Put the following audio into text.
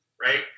Right